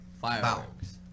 Fireworks